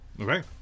Okay